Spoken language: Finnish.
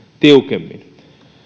tiukemmin